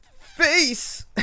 face